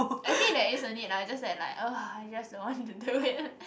actually there is a need lah just that like I just don't want to do it